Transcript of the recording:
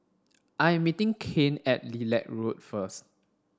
I am meeting Kane at Lilac Road first